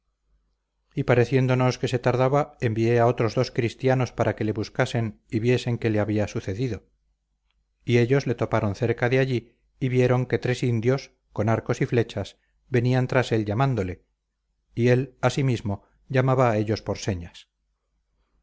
y pareciéndonos que se tardaba envié a otros dos cristianos para que le buscasen y viesen qué le había sucedido y ellos le toparon cerca de allí y vieron que tres indios con arcos y flechas venían tras él llamándole y él asimismo llamaba a ellos por señas